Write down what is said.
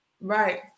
Right